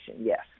yes